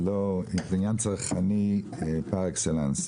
זה עניין צרכני פר-אקסלנס.